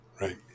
Right